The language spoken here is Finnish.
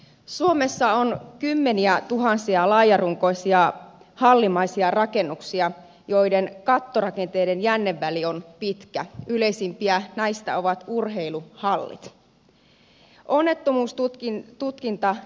suomessa on kymmeniätuhansia laajarunkoisia hallimaisia rakennuksia joiden kattorakenteiden jänneväli on pitkä yleisimpiä näistä ovat urheiluhallit